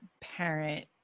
parent